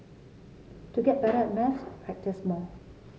to get better at maths practise more